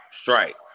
strike